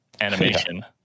animation